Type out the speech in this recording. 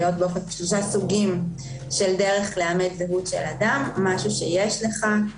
שלושה סוגים של דרך לאמת זהות של אדם משהו שיש לך,